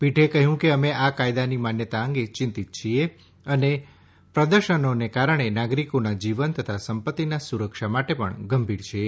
પીઠે કહ્યું કે અમે આ કાયદાની માન્યતા અંગે ચીંતિત છીએ અને પ્રદર્શનોને કારણે નાગરિકોના જીવન તથા સંપત્તિના સુરક્ષા માટે પણ ગંભીર છીએ